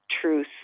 truth